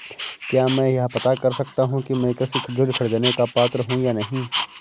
क्या मैं यह पता कर सकता हूँ कि मैं कृषि ऋण ख़रीदने का पात्र हूँ या नहीं?